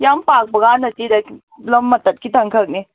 ꯌꯥꯝ ꯄꯥꯛꯄꯒ ꯅꯠꯇꯦꯗ ꯂꯝ ꯃꯇꯠ ꯈꯤꯇꯪ ꯈꯛꯅꯦ